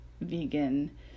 vegan